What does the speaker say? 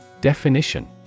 Definition